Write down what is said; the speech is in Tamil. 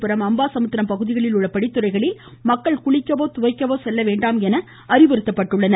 புரம் அம்பாசமுத்திரம் பகுதிகளில் உள்ள படித்துறைகளில் மக்கள் குளிக்கவோ துவைக்கவோ செல்லவேண்டாம் என் அறிவுறுத்தப் பட்டுள்ளனர்